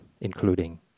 including